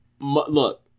Look